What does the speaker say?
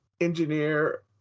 engineer